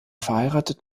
verheiratet